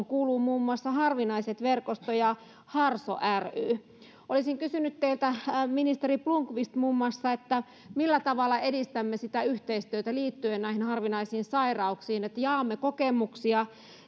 kuuluvat muun muassa harvinaiset verkosto ja harso rekisteröity yhdistys olisin kysynyt teiltä ministeri blomqvist muun muassa sitä millä tavalla edistämme yhteistyötä liittyen näihin harvinaisiin sairauksiin jotta jaamme kokemuksia